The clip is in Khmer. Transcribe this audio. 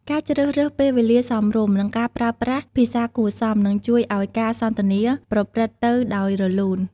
ការជ្រើសរើសពេលវេលាសមរម្យ និងការប្រើប្រាស់ភាសាគួរសម នឹងជួយឲ្យការសន្ទនាប្រព្រឹត្តទៅដោយរលូន។